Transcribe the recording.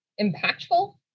impactful